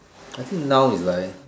I think now is like